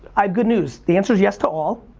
ah good news, the answer is yes to all.